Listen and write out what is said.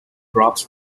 crops